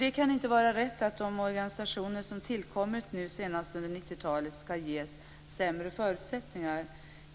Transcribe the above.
Det kan inte vara rätt att de organisationer som tillkommit nu senast under 90 talet ska ges sämre förutsättningar.